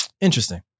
Interesting